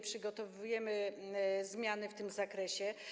Przygotowujemy zmiany w tym zakresie.